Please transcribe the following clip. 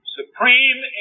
supreme